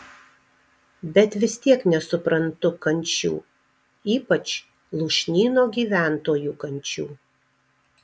bet vis tiek nesuprantu kančių ypač lūšnyno gyventojų kančių